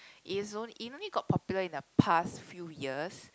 is it only got popular in a past few years